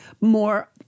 more